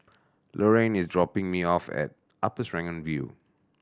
Lorraine is dropping me off at Upper Serangoon View